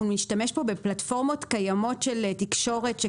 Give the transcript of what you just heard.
נשתמש פה בפלטפורמות קיימות של תקשורת,